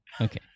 Okay